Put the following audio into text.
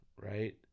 right